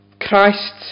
Christ